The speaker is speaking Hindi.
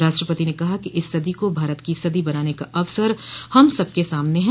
राष्ट्रपति ने कहा कि इस सदी को भारत की सदी बनाने का अवसर हम सबके सामने हैं